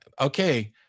Okay